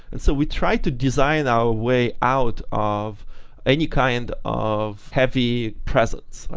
and so we try to design our way out of any kind of heavy presents.